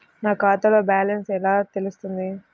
నా ఖాతాలో బ్యాలెన్స్ ఎలా తెలుస్తుంది?